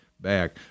back